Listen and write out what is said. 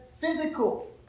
physical